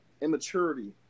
immaturity